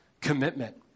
commitment